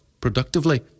productively